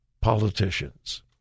politicians